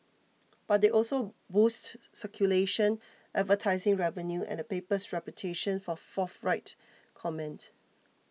but they also boosted circulation advertising revenue and the paper's reputation for forthright comment